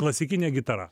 klasikinė gitara